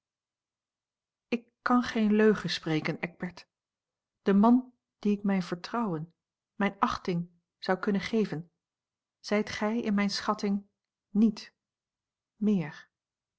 ik kan geen leugen spreken eckbert de man dien ik mijn vertrouwen mijne achting zou kunnen geven zijt gij in mijne schatting niet meer